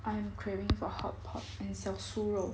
I'm craving for hot pot and 小酥肉